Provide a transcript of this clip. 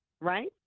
right